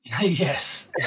Yes